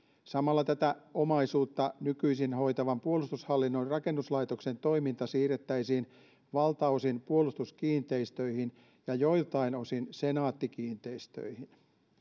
samalla tätä omaisuutta nykyisin hoitavan puolustushallinnon rakennuslaitoksen toiminta siirrettäisiin valtaosin puolustuskiinteistöihin ja joiltain osin senaatti kiinteistöihin